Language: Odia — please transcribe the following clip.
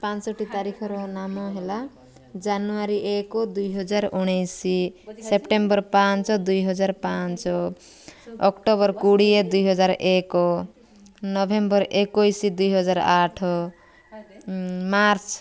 ପାଞ୍ଚଟି ତାରିଖର ନାମ ହେଲା ଜାନୁଆରୀ ଏକ ଦୁଇହଜାର ଉଣେଇଶ ସେପ୍ଟେମ୍ବର ପାଞ୍ଚ ଦୁଇହଜାର ପାଞ୍ଚ ଅକ୍ଟୋବର କୋଡ଼ିଏ ଦୁଇହଜାର ଏକ ନଭେମ୍ବର ଏକୋଇଶ ଦୁଇହଜାର ଆଠ ମାର୍ଚ୍ଚ